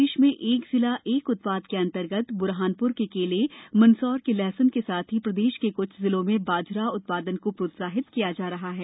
प्रदेश में एक जिला एक उत्शाद के अंतर्गत बुरहानपुर के केले मंदसौर के लहसुन के साथ ही प्रदेश के कुछ जिलों में बाजरा उत्पादन को प्रोत्साहित किया जा रहा है